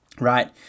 right